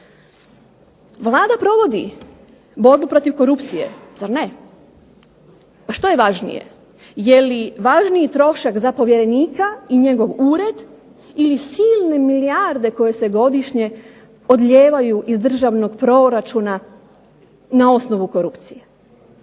Vlada provodi borbu protiv korupcije, zar ne? A što je važnije? Je li važniji trošak za povjerenika i njegov ured ili silne milijarde koje se godišnje odlijevaju iz državnog proračuna na osnovu korupcije?